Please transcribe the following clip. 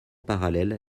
parallèle